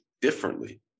differently